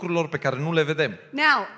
Now